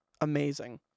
amazing